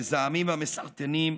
המזהמים והמסרטנים,